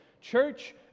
church